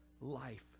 life